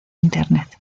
internet